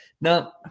Now